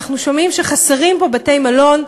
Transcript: אנחנו שומעים שחסרים פה בתי-מלון.